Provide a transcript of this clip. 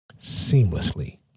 seamlessly